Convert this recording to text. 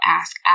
ask